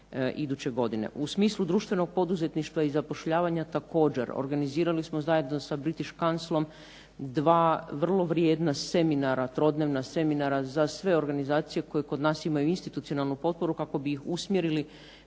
U smislu društvenog poduzetništva i zapošljavanja također organizirali smo zajedno s British Councilom dva vrlo vrijedna seminara, trodnevna seminara za sve organizacije koje kod nas imaju institucionalnu potporu kako bi ih usmjerili